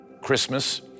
Christmas